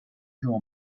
جمعه